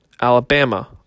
Alabama